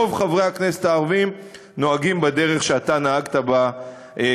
רוב חברי הכנסת הערבים נוהגים בדרך שאתה נהגת כרגע,